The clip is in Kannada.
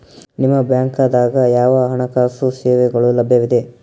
ನಿಮ ಬ್ಯಾಂಕ ದಾಗ ಯಾವ ಹಣಕಾಸು ಸೇವೆಗಳು ಲಭ್ಯವಿದೆ?